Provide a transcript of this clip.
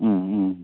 ഹമ് ഹമ്